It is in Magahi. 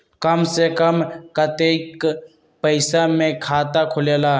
कम से कम कतेइक पैसा में खाता खुलेला?